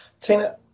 Tina